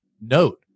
note